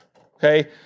okay